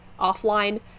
offline